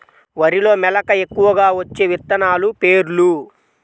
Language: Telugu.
వరిలో మెలక ఎక్కువగా వచ్చే విత్తనాలు పేర్లు?